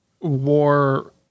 war